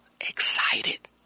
excited